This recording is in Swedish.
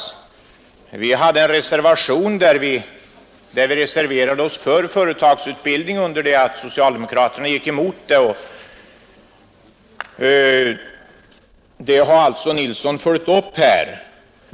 Vi på vårt håll hade en reservation i vilken vi reserverade oss för företagsutbildning under det att socialdemokraterna gick emot. Detta har alltså herr Nilsson följt upp.